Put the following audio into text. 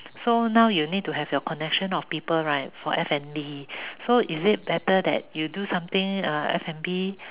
so now you need to have your connection of people right for F_N_B so is it better that you do something uh F_N_B